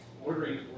Ordering